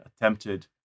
attempted